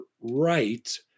right